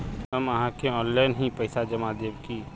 हम आहाँ के ऑनलाइन ही पैसा जमा देब की?